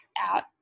out